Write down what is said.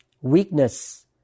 weakness